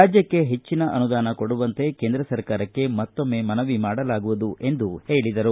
ರಾಜ್ಯಕ್ಷೆ ಹೆಚ್ಚಿನ ಅನುದಾನ ಕೊಡುವಂತೆ ಕೇಂದ್ರ ಸರ್ಕಾರಕ್ಕೆ ಮತ್ತೊಮ್ಗೆ ಮನವಿ ಮಾಡಲಾಗುವುದು ಎಂದು ಹೇಳಿದರು